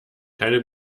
keine